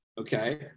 okay